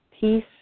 peace